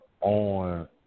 on